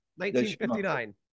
1959